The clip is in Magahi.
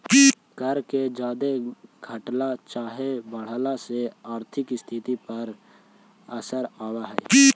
कर के जादे घटला चाहे बढ़ला से आर्थिक स्थिति पर असर आब हई